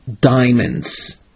diamonds